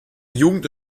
jugend